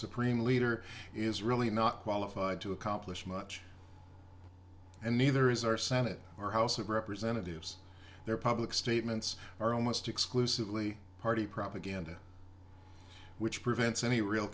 supreme leader is really not qualified to accomplish much and neither is our senate or house of representatives their public statements are almost exclusively party propaganda which prevents any real